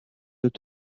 près